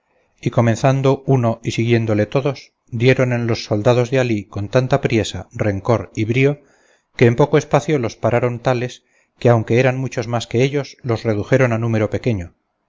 y comenzando uno y siguiéndole todos dieron en los soldados de alí con tanta priesa rencor y brío que en poco espacio los pararon tales que aunque eran muchos más que ellos los redujeron a número pequeño